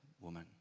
woman